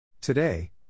Today